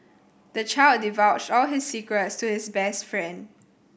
the child divulged all his secrets to his best friend